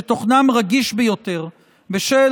שתוכנם רגיש ביותר בשל